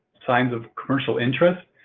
signs of commercial interest.